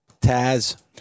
Taz